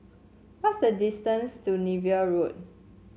what is the distance to Niven Road